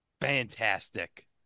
Fantastic